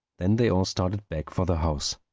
then they all started back for the house.